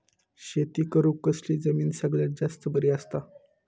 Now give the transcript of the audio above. शेती करुक कसली जमीन सगळ्यात जास्त बरी असता?